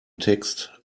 text